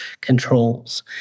controls